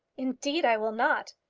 indeed, i will not.